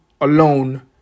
alone